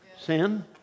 Sin